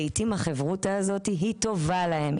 לעיתים החברותא הזאת היא טובה להם,